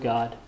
God